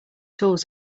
tools